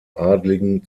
adligen